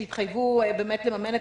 שיתחייבו לממן את